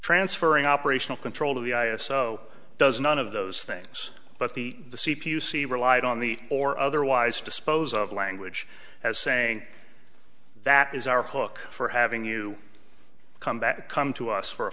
transferring operational control of the i s o does none of those things but the c p you see relied on the or otherwise dispose of language as saying that is our hook for having you come back to come to us for a